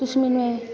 ਤੁਸੀਂ ਮੈਨੂੰ ਇਹ